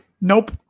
Nope